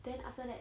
then after that